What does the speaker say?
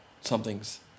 somethings